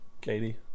Katie